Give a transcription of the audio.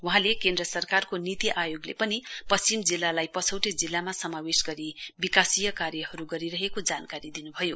वहाँले केन्द्र सरकारको आयोगले पनि पश्चिम जिल्लालाई पछौटे जिल्लामा समावेश गरी विकासीय कार्यहरू गरिरहेको जानकारी दिनुभयो